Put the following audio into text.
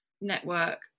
network